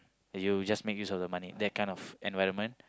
you just make use of the money that kind of environment